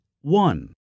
one